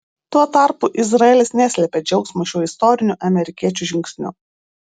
tuo tarpu izraelis neslėpė džiaugsmo šiuo istoriniu amerikiečių žingsniu